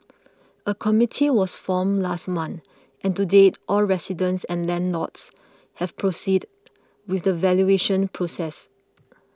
a committee was formed last month and to date all residents and landlords have proceeded with the valuation process